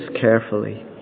carefully